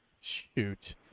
Shoot